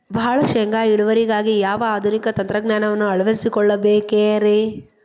ಭಾಳ ಶೇಂಗಾ ಇಳುವರಿಗಾಗಿ ಯಾವ ಆಧುನಿಕ ತಂತ್ರಜ್ಞಾನವನ್ನ ಅಳವಡಿಸಿಕೊಳ್ಳಬೇಕರೇ?